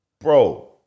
bro